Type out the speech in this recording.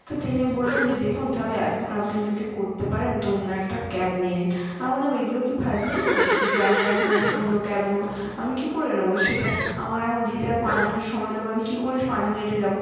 তো তিনি বললেন যে দেখুন তাহলে এখন আপনি যদি করতে পারেন তো অন্য একটা ক্যাব নিয়ে নিন আমি বললাম এইগুলো কি ফাজলামি হচ্ছে যে আমি এখন একটা অন্য ক্যাব নেব আমি কী করে নেব সেটা আমার এখন যেতে আর পাঁচ মিনিট সময় লাগবে আমি কী করে পাঁচ মিনিটে যাব